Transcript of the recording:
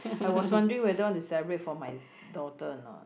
I was wondering whether I want to celebrate for my daughter or not